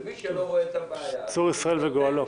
מי שלא רואה את הבעיה --- צור ישראל וגואלו.